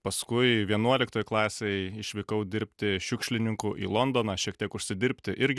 paskui vienuoliktoj klasėj išvykau dirbti šiukšlininku į londoną šiek tiek užsidirbti irgi